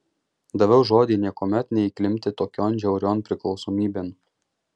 daviau žodį niekuomet neįklimpti tokion žiaurion priklausomybėn